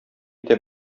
итә